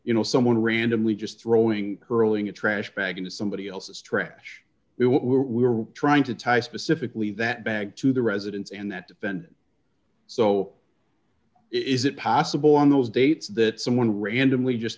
you know someone randomly just throwing hurling a trash bag into somebody else's trash we what we're trying to tie specifically that bag to the residence and that defendant so is it possible on those dates that someone randomly just